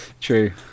True